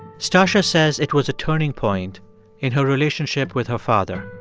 stacya says it was a turning point in her relationship with her father.